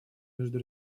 между